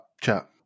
chat